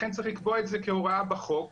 לכן צריך לקבוע את זה כהוראה בחוק.